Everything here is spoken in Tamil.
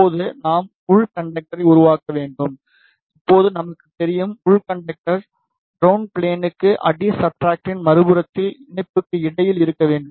இப்போது நாம் உள் கண்டக்டரை உருவாக்க வேண்டும் இப்போது நமக்குத் தெரியும் உள் கண்டக்டர் கரவுணட் ஃப்ளேன்கும் அடி சப்ஸ்ட்ரக்டின் மறுபுறத்தில் இணைப்புக்கு இடையில் இருக்க வேண்டும்